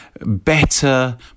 Better